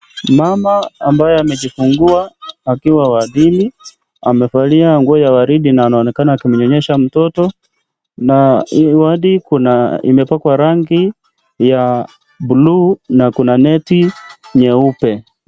Mama ambaye amejifungua akiwa wa dini amevalia nguo ya waridi na anaonekana akimnyonyesha mtoto na hii wodi kuna imepakwa rangi ya buluu na kuna neti nyeupe.